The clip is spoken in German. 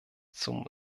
zum